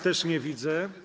Też nie widzę.